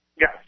Yes